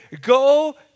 go